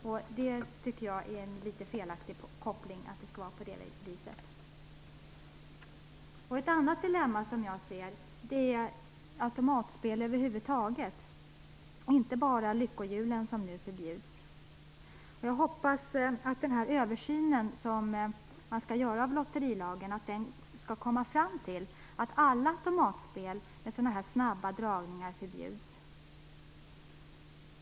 Jag tycker att det är en litet felaktig koppling att det skall vara på det viset. Ett annat dilemma är som jag ser det automatspel över huvud taget, inte bara lyckohjulen som nu förbjuds. Jag hoppas att den översyn som skall göras av lotterilagen kommer fram till att alla automatspel med snabba dragningar förbjuds.